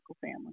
family